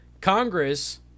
Congress